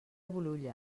bolulla